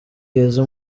keza